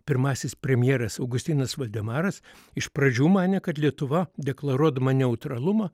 pirmasis premjeras augustinas voldemaras iš pradžių manė kad lietuva deklaruodama neutralumą